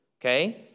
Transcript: okay